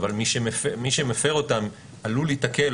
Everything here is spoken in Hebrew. אבל מי שמפר אותן עלול להיתקל,